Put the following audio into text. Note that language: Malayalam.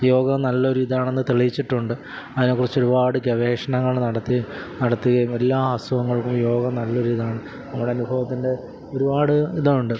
യോഗ നല്ലൊരു ഇതാണെന്ന് തെളിയിച്ചിട്ടുണ്ട് അതിനേക്കുറിച്ച് ഒരുപാട് ഗവേഷണങ്ങൾ നടത്തി നടത്തുകയും എല്ലാ അസുഖങ്ങള്ക്കും യോഗ നല്ലൊരു ഇതാണ് നമ്മുടെ അനുഭവത്തിന്റെ ഒരുപാട് ഇതുണ്ട്